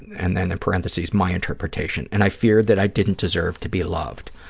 and then in parentheses, my interpretation. and i feared that i didn't deserve to be loved.